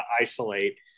isolate